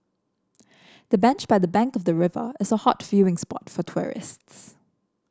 the bench by the bank the river is a hot spot for tourists